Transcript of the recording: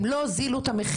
הם לא הוזילו את המחיר.